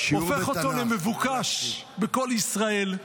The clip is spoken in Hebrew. הופך אותו למבוקש בכל ישראל,